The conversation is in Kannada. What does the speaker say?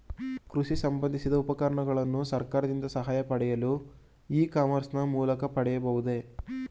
ಕೃಷಿ ಸಂಬಂದಿಸಿದ ಉಪಕರಣಗಳನ್ನು ಸರ್ಕಾರದಿಂದ ಸಹಾಯ ಪಡೆಯಲು ಇ ಕಾಮರ್ಸ್ ನ ಮೂಲಕ ಪಡೆಯಬಹುದೇ?